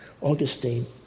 Augustine